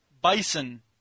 bison